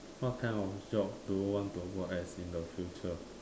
what kind of job do you want to work as in the future